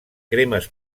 cremes